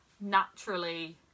naturally